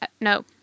No